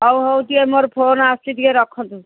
ହଉ ହଉ ଟିକେ ମୋର ଫୋନ୍ ଆସୁଛି ଟିକିଏ ରଖନ୍ତୁ